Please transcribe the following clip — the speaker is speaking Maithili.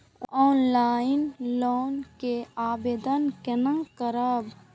ऑफलाइन लोन के आवेदन केना करब?